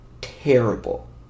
terrible